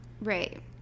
Right